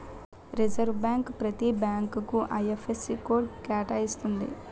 reserve bank ప్రతి బ్యాంకుకు IFSC code కేటాయిస్తుంది